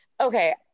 okay